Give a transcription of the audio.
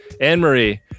Anne-Marie